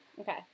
okay